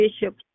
Bishop